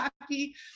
happy